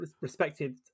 respected